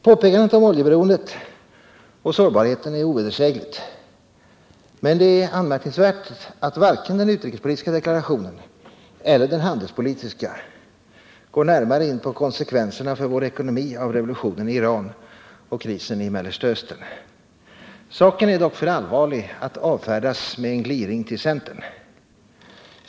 Påpekandet om oljeberoendet och sårbarheten är ovedersägligt, men det är anmärkningsvärt att varken den utrikespolitiska eller den handelspolitiska deklarationen går närmare in på konsekvenserna för vår ekonomi av revolutionen i Iran och krisen i Mellersta Östern. Saken är dock för allvarlig för att avfärdas med en gliring till centern.